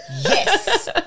yes